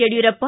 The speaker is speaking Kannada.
ಯಡಿಯೂರಪ್ಪ